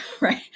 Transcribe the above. right